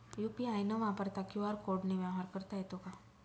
UPI न वापरता QR कोडने व्यवहार करता येतो का?